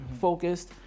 focused